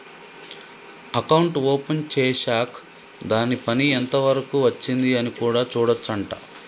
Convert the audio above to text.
account open చేశాక్ దాని పని ఎంత వరకు వచ్చింది అని కూడా చూడొచ్చు అంట